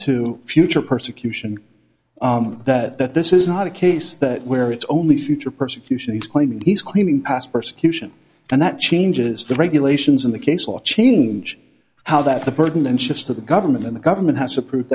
to future persecution arm that this is not a case that where it's only future persecution he's claiming he's claiming past persecution and that changes the regulations in the case law change how that the burden shifts to the government and the government has to prove